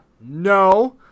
no